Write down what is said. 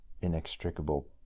inextricable